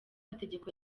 amategeko